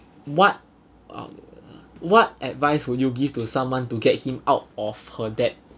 what um what advice would you give to someone to get him out of her debt